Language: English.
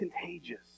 contagious